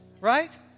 right